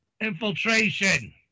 Infiltration